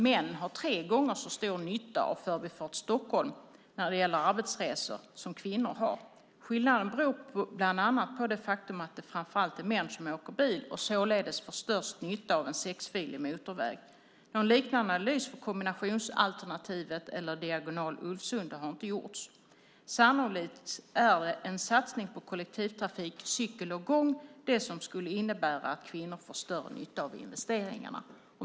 Män har tre gånger större nytta av Förbifart Stockholm när det gäller arbetsresor än vad kvinnor har. Skillnaden beror bland annat på att det framför allt är män som åker bil och således får störst nytta av en sexfilig motorväg. Någon liknande analys av Kombinationsalternativet eller Diagonal Ulvsunda har inte gjorts. Sannolikt är en satsning på kollektivtrafik, cykel och gång det som skulle innebära att kvinnor får större nytta av investeringarna.